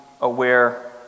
aware